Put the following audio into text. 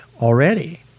already